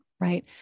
right